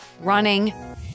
running